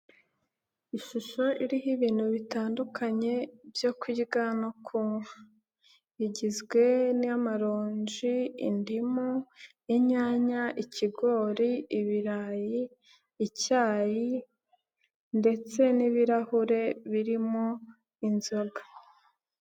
Ishusho iriho ibintu bitandukanye byo kurya no kunywa, igizwe n'amaronji, indimu, inyanya, ikigori, ibirayi, icyayi ndetse n'ibirahure birimo inzoga.